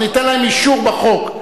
ניתן להם אישור בחוק.